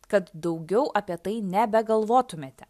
kad daugiau apie tai nebegalvotumėte